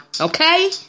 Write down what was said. okay